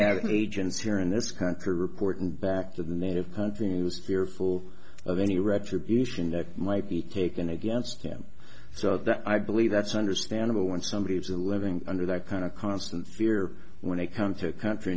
have agents here in this country reporting back to the native country was fearful of any retribution that might be taken against him so that i believe that's understandable when somebody has a living under that kind of constant fear when they come to a country